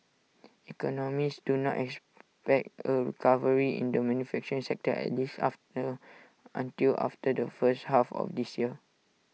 economists do not expect A recovery in the manufacturing sector at least after until after the first half of this year